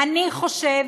אני חושב